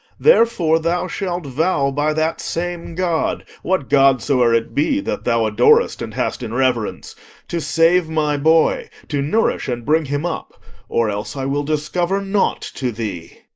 therefore thou shalt vow by that same god what god soe'er it be that thou adorest and hast in reverence to save my boy, to nourish and bring him up or else i will discover nought to thee.